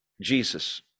Jesus